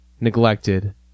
neglected